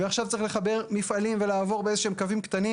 ועכשיו צריך לחבר מפעלים ולעבור באיזה שהם קווים קטנים.